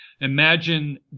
Imagine